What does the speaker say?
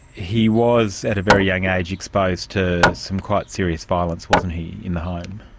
he was at a very young age exposed to some quite serious violence, wasn't he, in the home?